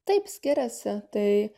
taip skiriasi tai